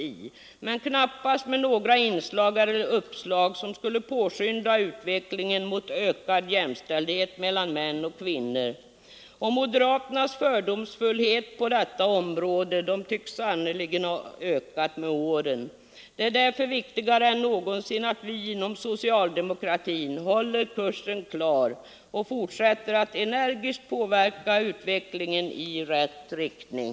Men man kommer knappast med några uppslag som skulle Onsdagen den påskynda utvecklingen mot ökad jämställdhet mellan män och kvinnor. 30 januari 1974 Moderaternas fördomsfullhet på detta område tycks sannerligen ha ökat med åren. Det är därför viktigare än någonsin att vi inom socialdemokratin håller kursen klar och fortsätter att energiskt påverka utvecklingen i rätt riktning.